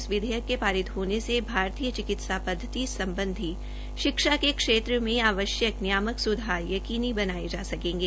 इस विधेयक के पारित होने से भारतीय चिकित्सा पद्वति सम्बधी शिक्षा के क्षेत्र में आवश्यक नियामक स्धार यकीनी बनाये जा सकेंगे